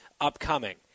upcoming